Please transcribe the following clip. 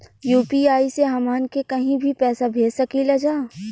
UPI से हमहन के कहीं भी पैसा भेज सकीला जा?